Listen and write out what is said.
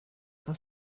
was